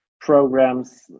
programs